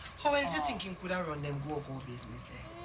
how else you think he could ah run them go-go business there?